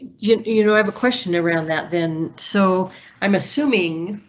you know you know i have a question around that then, so i'm assuming